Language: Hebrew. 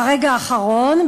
ברגע האחרון,